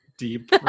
deep